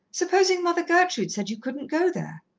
supposing mother gertrude said you couldn't go there?